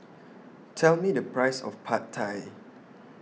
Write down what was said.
Tell Me The Price of Pad Thai